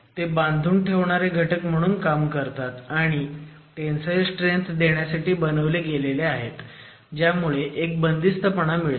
ते बांधून ठेवणारे घटक म्हणून काम करतात आणि टेंसाईल स्ट्रेंथ देण्यासाठी बनवले गेले आहेत ज्यामुळे एक बंदिस्तपणा मिळतो